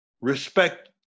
respect